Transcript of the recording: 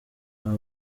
aba